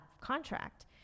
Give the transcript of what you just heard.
contract